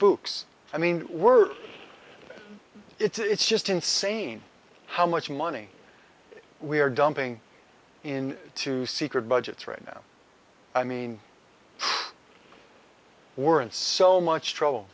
spooks i mean we're it's just insane how much money we are dumping in two secret budgets right now i mean weren't so much trouble